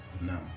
No